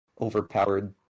overpowered